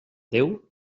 déu